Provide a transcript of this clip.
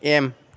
M